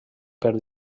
per